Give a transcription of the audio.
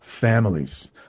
families